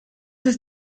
ist